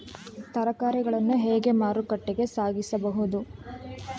ತರಕಾರಿಗಳನ್ನು ಹೇಗೆ ಮಾರುಕಟ್ಟೆಗೆ ಸಾಗಿಸಬಹುದು?